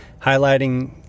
highlighting